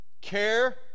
care